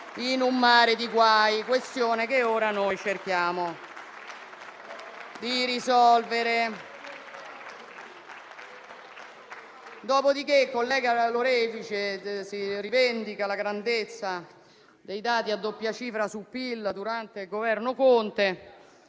in un mare di guai, questione che ora noi cerchiamo di risolvere. Dopodiché, il collega Lorefice rivendica la grandezza dei dati a doppia cifra sul PIL durante il Governo Conte,